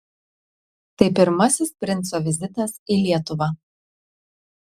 tai pirmasis princo vizitas į lietuvą